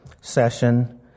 session